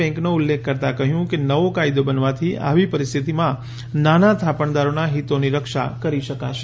બેન્કનો ઉલ્લેખ કરતા કહ્યું કે નવો કાયદો બનવાથી આવી પરિસ્થિતિમાં નાના થાપણદારોના હિતોની રક્ષા કરી શકાશે